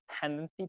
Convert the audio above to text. tendency